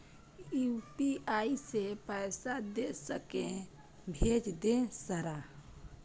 UPI से पैसा दे सके भेज दे सारा?